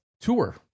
Tour